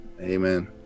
amen